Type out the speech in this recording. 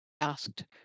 asked